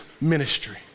ministry